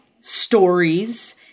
stories